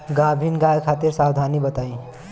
गाभिन गाय खातिर सावधानी बताई?